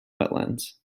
wetlands